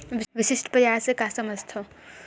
विशिष्ट बजार से का समझथव?